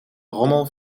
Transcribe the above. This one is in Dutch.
rommel